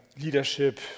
leadership